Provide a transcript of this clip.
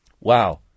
Wow